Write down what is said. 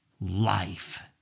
life